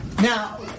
Now